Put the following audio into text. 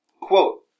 quote